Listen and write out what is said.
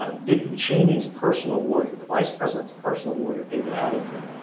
dick cheney's personal lawyer the vice president's personal lawyer, david addington,